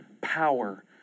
power